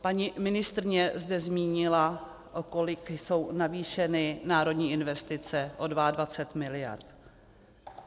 Paní ministryně zde zmínila, o kolik jsou navýšeny národní investice o 22 mld.